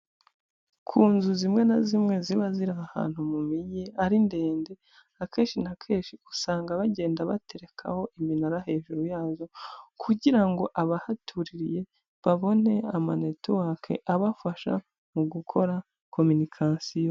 Ku nzu zimwe na zimwe ziba ziri ahantu mu mijyi ari ndende, akenshi na kenshi usanga bagenda baterekaho iminara hejuru yazo, kugira ngo abahaturiye babone amanetiwaka abafasha mu gukora kominikasiyo.